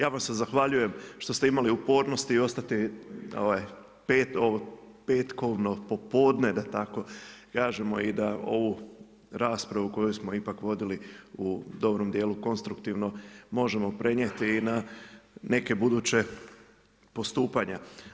Ja vam se zahvaljujem što ste imali upornosti ostati petkom popodne da tako kažem i da ovu raspravu koju smo ipak vodili u dobrom dijelu konstruktivno možemo prenijeti i na neka buduća postupanja.